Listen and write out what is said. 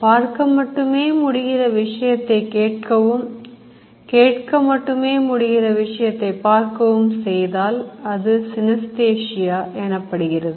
பார்க்க மட்டுமே முடிகிற விஷயத்தை கேட்கவும் கேட்க மட்டுமே முடிகிற விஷயத்தில் பார்க்கவும் செய்தால் அது Synesthasia எனப்படுகிறது